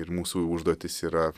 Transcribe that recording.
ir mūsų užduotis yra